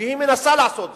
והיא מנסה לעשות זאת.